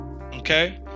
Okay